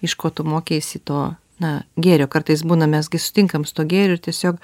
iš ko tu mokeisi to na gėrio kartais būna mes gi sutinkam su tuo gėriu ir tiesiog